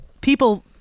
people